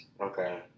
Okay